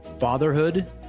Fatherhood